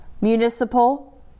municipal